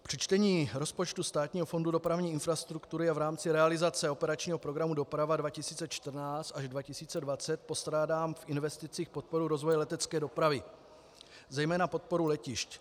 Při čtení rozpočtu Státního fondu dopravní infrastruktury a v rámci realizace operačního programu Doprava 2014 až 2020 postrádám v investicích podporu rozvoje letecké dopravy, zejména podporu letišť.